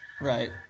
right